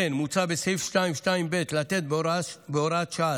לכן מוצע בסעיף 2(2)(ב) לתת בהוראת שעה